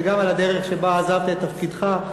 וגם על הדרך שבה עזבת את תפקידך,